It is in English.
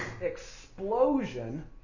explosion